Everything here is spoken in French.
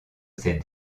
ces